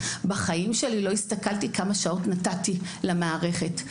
בחיים שלי לא הסתכלתי כמה שעות נתתי למערכת.